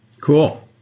Cool